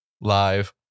live